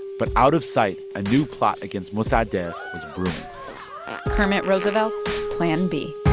but out of sight, a new plot against mossadegh was brewing kermit roosevelt's plan b